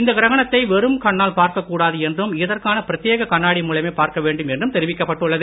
இந்த கிரகணத்தை வெறும் கண்ணால் பார்க்க கூடாது என்றும் இதற்கான பிரத்யேக கண்ணாடி மூலமே பார்க்க வேண்டும் என்றும் தெரிவிக்கப்பட்டுள்ளது